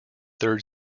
third